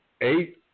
Eight